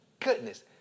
Goodness